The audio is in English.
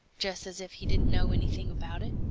just as if he didn't know anything about it.